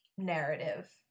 narrative